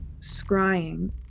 scrying